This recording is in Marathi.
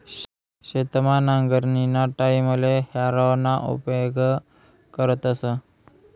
शेतमा नांगरणीना टाईमले हॅरोना उपेग करतस